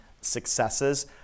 successes